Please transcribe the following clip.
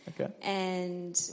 Okay